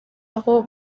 aho